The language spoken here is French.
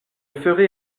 ferai